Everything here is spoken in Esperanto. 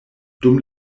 dum